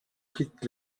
quittent